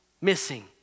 missing